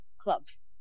clubs